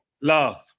love